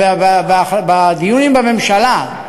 בדיונים בממשלה,